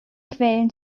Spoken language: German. quellen